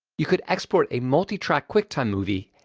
you could export a multitrack quicktime movie,